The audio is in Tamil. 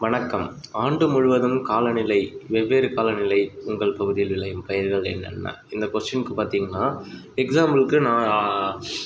வணக்கம் ஆண்டு முழுவதும் காலநிலை வெவ்வேறு காலநிலை உங்கள் பகுதியில் விளையும் பயிர்கள் என்னென்னா இந்த கொஸ்டினுக்கு பார்த்தீங்கன்னா எக்ஸாம்பிளுக்கு நான்